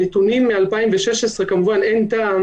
הנתונים מ-2016 כמובן אין טעם